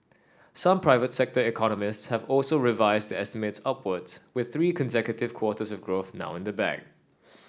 some private sector economists have also revised their estimates upwards with three consecutive quarters of growth now in the bag